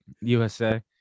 USA